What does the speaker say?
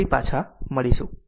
ફરી પાછા મળીશું